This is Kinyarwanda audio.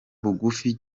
bugufi